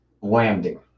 landing